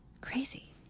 Crazy